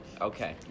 Okay